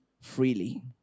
freely